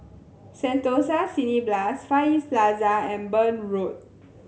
Sentosa Cineblast Far East Plaza and Burn Road